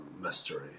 mystery